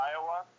Iowa